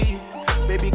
Baby